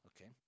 Okay